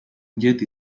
get